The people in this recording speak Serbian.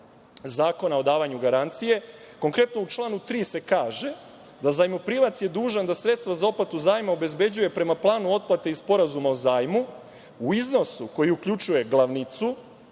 zakona o davanju garancije. Konkretno, u članu 3. se kaže – zajmoprimac je dužan da sredstva za otplatu zajma obezbeđuje prema planu otplate iz sporazuma o zajmu u iznosu koji uključuje glavnicu,